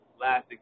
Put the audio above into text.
last